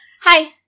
Hi